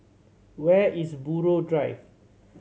where is Buroh Drive